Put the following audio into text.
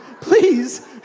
please